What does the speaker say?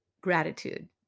gratitude